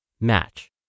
match